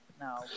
No